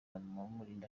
abamurinda